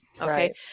Okay